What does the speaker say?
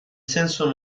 senso